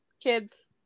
kids